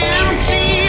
empty